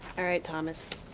all right, thomas,